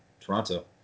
Toronto